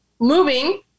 moving